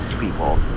people